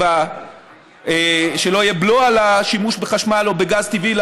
כדי שלא יהיה בלו על השימוש בחשמל או בגז טבעי,